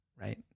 right